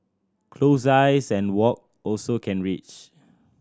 close eyes and walk also can reach